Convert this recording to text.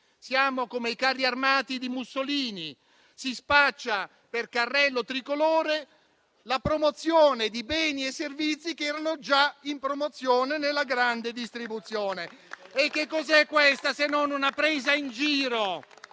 livello dei carri armati di Mussolini. Si spaccia per carrello tricolore la promozione di beni e servizi che erano già in promozione nella grande distribuzione. Che cos'è questa, se non una presa in giro